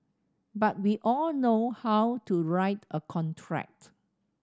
but we all know how to write a contract